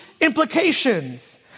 implications